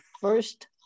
first